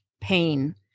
pain